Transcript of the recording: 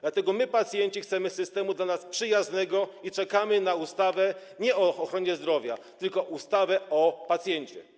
Dlatego my, pacjenci, chcemy systemu dla nas przyjaznego i czekamy na ustawę nie o ochronie zdrowia, tylko na ustawę o pacjencie.